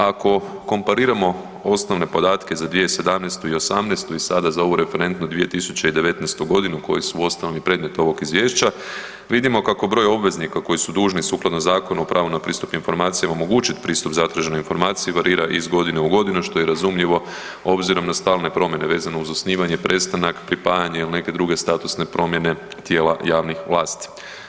Ako kompariramo osnovne podatke za 2017. i '18. i sada za ovu referentnu 2019.g. koji su osnovni predmet ovog izvješća, vidimo kako broj obveznika koji su dužni sukladno Zakonu o pravu na pristup informacijama omogućiti pristup zatraženih informacija varira iz godine u godinu što je razumljivo obzirom na stalne promjene vezano uz osnivanje, prestanak, pripajanje ili neke druge statusne promjene tijela javnih vlasti.